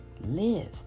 Live